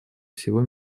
всего